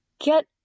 get